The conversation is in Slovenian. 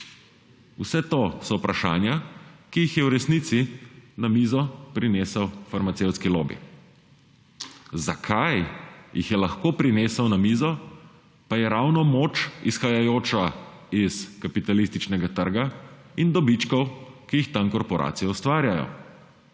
Vse to so vprašanja, ki jih je v resnici na mizo prinesel farmacevtski lobi. Zakaj jih je lahko prinesel na mizo, pa je ravno moč, izhajajoča iz kapitalističnega trga in dobičkov, ki jih tam korporacije ustvarjajo.